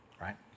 right